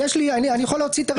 אני יכול להוציא את הרשימה.